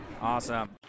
Awesome